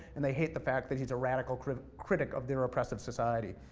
and they hate the fact that he's a radical critic critic of their oppressive society.